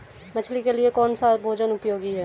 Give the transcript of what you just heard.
मछली के लिए कौन सा भोजन उपयोगी है?